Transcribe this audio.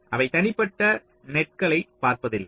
அவை தனிப்பட்ட நெட்களைப் பார்ப்பதில்லை